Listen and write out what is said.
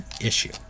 issue